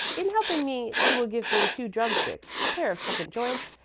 in helping me she will give me two drumsticks, a pair of second joints,